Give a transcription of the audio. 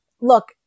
look